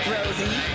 Rosie